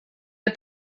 the